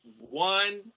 one